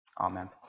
Amen